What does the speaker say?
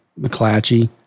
McClatchy